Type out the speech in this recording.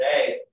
today